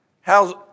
How's